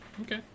Okay